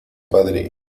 padre